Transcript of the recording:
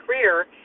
career